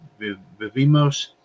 vivimos